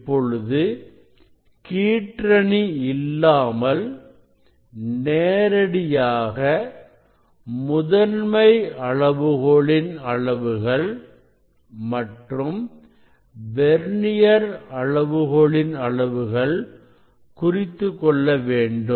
இப்பொழுது கீற்றணி இல்லாமல் நேரடியாக முதன்மை அளவுகோலின் அளவுகள் மற்றும் வெர்னியர் அளவுகோலின் அளவுகள் குறித்துக்கொள்ள வேண்டும்